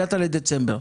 הגעת לדצמבר,